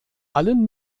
allen